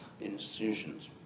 institutions